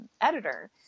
editor